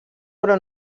però